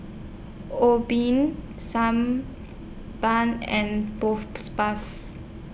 Obimin San Balm and